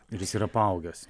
ir jis yra paaugęs